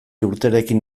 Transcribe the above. urterekin